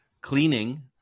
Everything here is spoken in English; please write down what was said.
cleaning